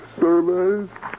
surveys